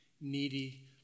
needy